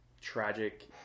tragic